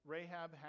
Rahab